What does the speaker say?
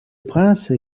prince